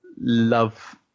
love